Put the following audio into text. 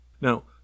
Now